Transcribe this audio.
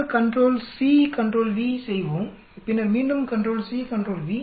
இந்த control C control V செய்வோம் பின்னர் மீண்டும் கண்ட்ரோல் சி கண்ட்ரோல் வி